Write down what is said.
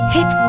Hit